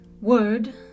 word